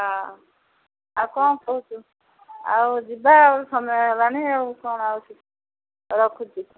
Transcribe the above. ହ ଆଉ କ'ଣ କହୁଛୁ ଆଉ ଯିବା ଆଉ ସମୟ ହେବନି ଆଉ କ'ଣ ଆଉଛି ରଖୁଛି